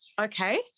okay